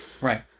Right